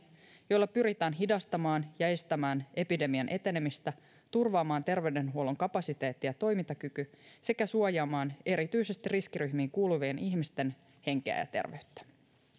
joilla pyritään hidastamaan ja estämään epidemian etenemistä turvaamaan terveydenhuollon kapasiteetti ja toimintakyky sekä suojaamaan erityisesti riskiryhmiin kuuluvien ihmisten henkeä ja terveyttä